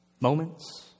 moments